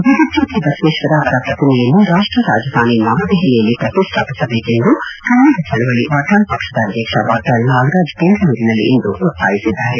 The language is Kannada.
ಜಗಜ್ಯೋತಿ ಬಸವೇಶ್ವರ ಅವರ ಪ್ರತಿಮೆಯನ್ನು ರಾಷ್ಟ ರಾಜಧಾನಿ ನವದೆಹಲಿಯಲ್ಲಿ ಪ್ರತಿಷ್ಠಾಪಿಸಬೇಕು ಎಂದು ಕನ್ನಡ ಚಳವಳಿ ವಾಟಾಳ್ ಪಕ್ಷದ ಅಧ್ಯಕ್ಷ ವಾಟಾಳ್ ನಾಗರಾಜ್ ಬೆಂಗಳೂರಿನಲ್ಲಿಂದು ಒತ್ತಾಯಿಸಿದ್ದಾರೆ